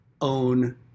own